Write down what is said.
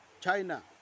China